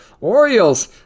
Orioles